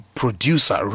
producer